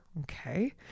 Okay